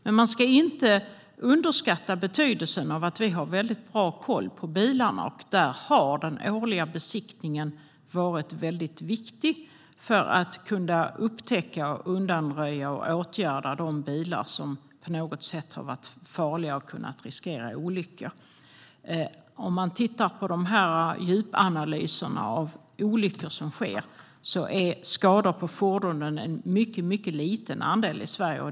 Men man ska inte underskatta betydelsen av att vi har mycket bra koll på bilarna, och där har den årliga besiktningen varit mycket viktig för att kunna upptäcka, undanröja och åtgärda de bilar som på något sätt har varit farliga och kunnat riskera olyckor. Om man tittar på djupanalyser av olyckor som har skett i Sverige är skador på fordonen en mycket liten del av orsaken.